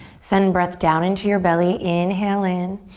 send breath down into your belly, inhale in.